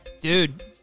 Dude